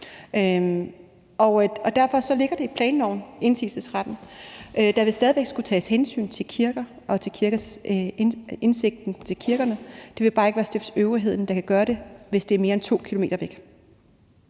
og derfor ligger indsigelsesretten i planloven. Der vil stadig væk skulle tages hensyn til kirker og udsigten til kirkerne. Det vil bare ikke være stiftsøvrigheden, der kan gøre det, hvis det er mere end 2 km væk.